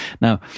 Now